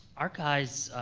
our guys